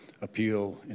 appeal